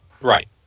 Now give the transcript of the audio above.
Right